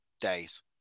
days